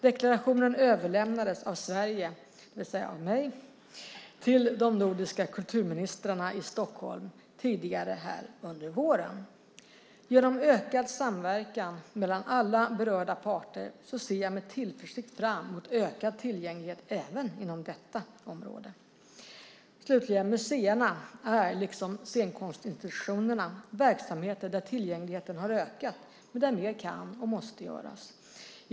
Deklarationen överlämnades av Sverige, det vill säga av mig, till de nordiska kulturministrarna i Stockholm tidigare under våren. Genom ökad samverkan mellan alla berörda parter ser jag med tillförsikt fram mot en ökad tillgänglighet även inom detta område. Museerna är, liksom scenkonstinstitutionerna, verksamheter där tillgängligheten har ökat men där mer kan och måste göras.